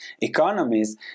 economies